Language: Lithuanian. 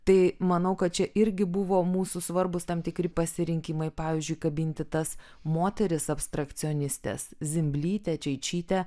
tai manau kad čia irgi buvo mūsų svarbūs tam tikri pasirinkimai pavyzdžiui kabinti tas moteris apstrakcijonistes zimblytę čeičytę